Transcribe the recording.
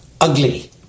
Ugly